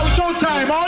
showtime